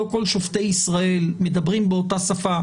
לא כל שופטי ישראל מדברים באותה שפה,